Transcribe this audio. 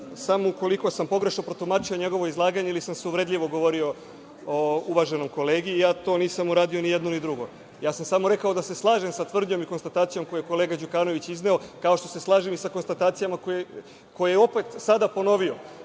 samo ukoliko sam pogrešno protumačio njegovo izlaganje ili sam uvredljivo govorio o uvaženom kolegi, a ja to nisam uradio, ni jedno ni drugo. Samo sam rekao da se slažem sa tvrdnjom i konstatacijom koju je kolega Đukanović izneo, kao što se slažem i sa konstatacijama koje je opet sada ponovio